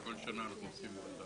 כל שנה אנחנו עושים.